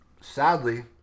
sadly